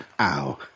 Ow